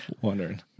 wondering